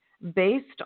based